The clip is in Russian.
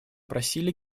просили